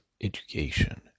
education